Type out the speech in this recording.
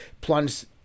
plunged